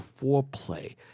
foreplay